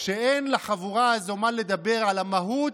כשאין לחבורה הזאת מה לדבר על המהות,